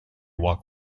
walk